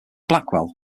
blackwell